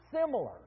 similar